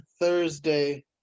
Thursday